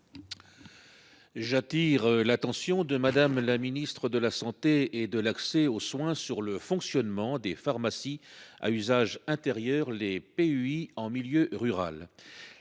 J’attire l’attention de Mme la ministre de la santé et de l’accès aux soins sur le fonctionnement des pharmacies à usage intérieur (PUI) en milieu rural.